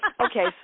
Okay